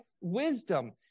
wisdom